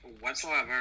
whatsoever